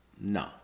No